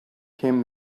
came